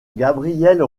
gabrielle